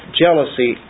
jealousy